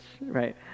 right